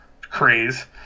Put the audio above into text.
craze